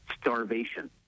starvation